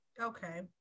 Okay